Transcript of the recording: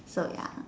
so ya